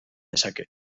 dezake